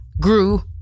grew